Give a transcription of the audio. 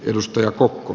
edustaja kokko